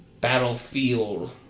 Battlefield